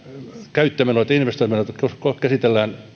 käyttömenot ja investointimenot käsitellään